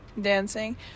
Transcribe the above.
Dancing